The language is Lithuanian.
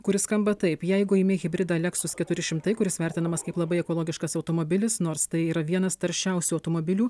kuris skamba taip jeigu imi hibridą lexus keturi šimtai kuris vertinamas kaip labai ekologiškas automobilis nors tai yra vienas taršiausių automobilių